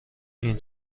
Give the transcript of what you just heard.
این